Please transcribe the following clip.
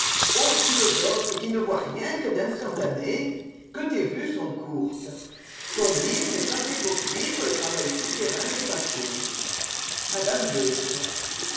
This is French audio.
o philosophe qui ne vois rien que d'instantané que tes vues sont courtes ton mil n'est pas fait pour suivre le travail souterrain des passions mme